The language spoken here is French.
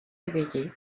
éveillé